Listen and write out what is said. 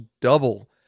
double